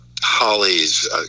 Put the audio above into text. Holly's